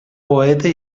poeta